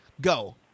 go